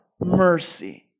mercy